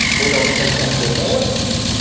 they don't they can't get answers.